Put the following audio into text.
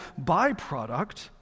byproduct